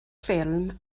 ffilm